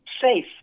safe